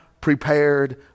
prepared